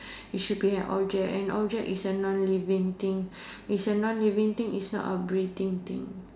it should be an object an object is a non living thing is a non living thing is not a breathing thing